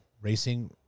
racing